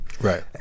Right